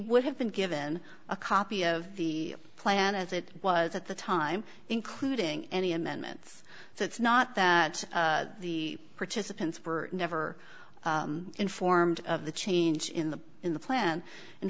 would have been given a copy of the plan as it was at the time including any amendments so it's not that the participants were never informed of the change in the in the plan in